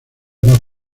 más